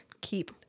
keep